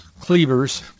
Cleaver's